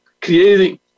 creating